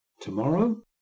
Tomorrow